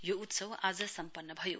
यो उत्सव आज सम्पन्न भयो